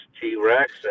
T-Rex